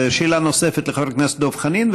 שאלה נוספת לחבר הכנסת דב חנין,